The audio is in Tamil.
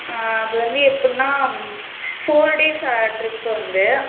அது வந்து எப்புடின்னா ஃபோர் டேஸ் ட்ரிப்பு வந்து